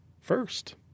first